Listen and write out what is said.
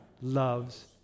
loves